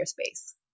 space